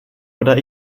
oder